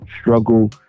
Struggle